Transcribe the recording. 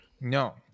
No